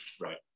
right